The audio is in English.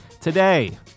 Today